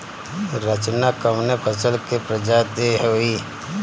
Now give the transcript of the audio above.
रचना कवने फसल के प्रजाति हयुए?